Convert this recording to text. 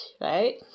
right